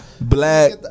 Black